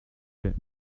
plait